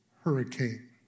hurricane